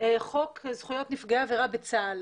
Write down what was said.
חוק זכויות נפגעי עבירה בצה"ל.